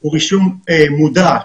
הוא רישום מודע.